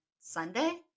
Sunday